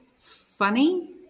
funny